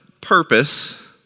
purpose